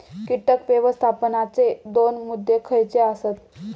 कीटक व्यवस्थापनाचे दोन मुद्दे खयचे आसत?